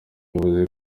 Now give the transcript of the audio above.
yavuze